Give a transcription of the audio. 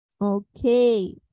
okay